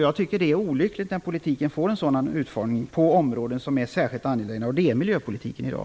Jag tycker att det är olyckligt när politiken får en sådan utformning på områden som är särskilt angelägna, och det är miljöpolitiken i dag.